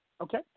Okay